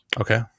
Okay